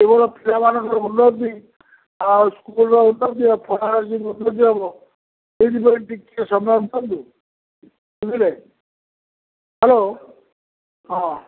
କେବଳ ପିଲାମାନଙ୍କର ଉନ୍ନତି ଆଉ ସ୍କୁଲ୍ର ଉନ୍ନତି ଆଉ ପଢ଼ାର କେମିତି ଉନ୍ନତି ହେବ ସେଇଥିପାଇଁ ଟିକେ ସମୟ ଦିଅନ୍ତୁ ବୁଝିଲେ ହେଲୋ ହଁ